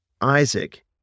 Isaac